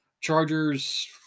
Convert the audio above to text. Chargers